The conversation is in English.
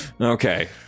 Okay